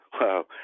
wow